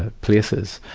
ah places.